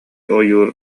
ойуур